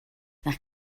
nach